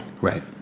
Right